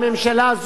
הממשלה,